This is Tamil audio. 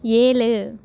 ஏழு